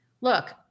look